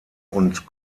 und